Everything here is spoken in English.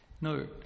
No